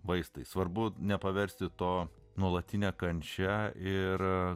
vaistai svarbu nepaversti to nuolatinę kančią ir